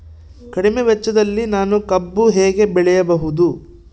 ಕಡಿಮೆ ವೆಚ್ಚದಲ್ಲಿ ನಾನು ಕಬ್ಬು ಹೇಗೆ ಬೆಳೆಯಬಹುದು?